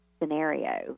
scenario